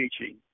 teaching